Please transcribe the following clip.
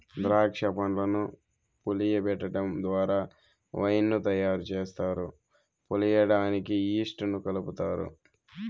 దాక్ష పండ్లను పులియబెటడం ద్వారా వైన్ ను తయారు చేస్తారు, పులియడానికి ఈస్ట్ ను కలుపుతారు